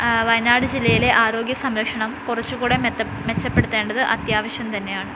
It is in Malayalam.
വയനാട് ജില്ലയിലെ ആരോഗ്യ സംരക്ഷണം കുറച്ചുകൂടി മെച്ചപ്പെടുത്തേണ്ടത് അത്യാവശ്യം തന്നെയാണ്